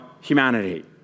humanity